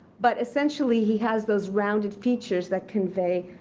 but essentially, he has those rounded features that convey,